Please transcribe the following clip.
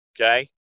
Okay